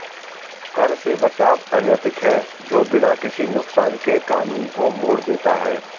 कर से बचाव अनैतिक है जो बिना किसी नुकसान के कानून को मोड़ देता है